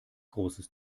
großes